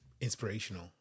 inspirational